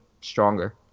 stronger